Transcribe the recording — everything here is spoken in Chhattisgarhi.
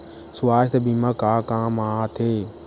सुवास्थ बीमा का काम आ थे?